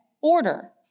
order